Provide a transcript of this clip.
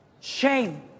Shame